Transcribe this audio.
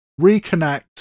reconnect